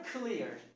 clear